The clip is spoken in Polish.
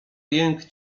jęk